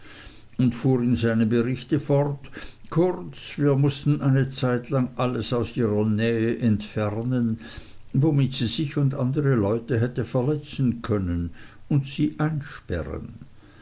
und fuhr in seinem berichte fort kurz wir mußten eine zeitlang alles aus ihrer nähe entfernen womit sie sich und andere leute hätte verletzen können und sie einsperren